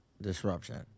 disruption